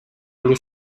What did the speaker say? blu